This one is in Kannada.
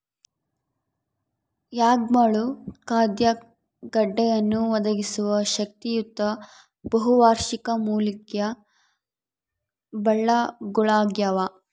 ಯಾಮ್ಗಳು ಖಾದ್ಯ ಗೆಡ್ಡೆಯನ್ನು ಒದಗಿಸುವ ಶಕ್ತಿಯುತ ಬಹುವಾರ್ಷಿಕ ಮೂಲಿಕೆಯ ಬಳ್ಳಗುಳಾಗ್ಯವ